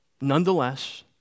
Nonetheless